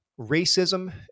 racism